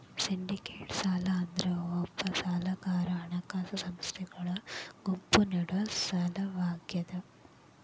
syndicated ಸಾಲ ಅಂದ್ರ ಒಬ್ಬ ಸಾಲಗಾರಗ ಹಣಕಾಸ ಸಂಸ್ಥೆಗಳ ಗುಂಪು ನೇಡೊ ಸಾಲವಾಗ್ಯಾದ